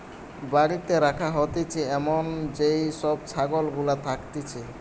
বাড়িতে রাখা হতিছে এমন যেই সব ছাগল গুলা থাকতিছে